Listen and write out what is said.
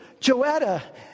Joetta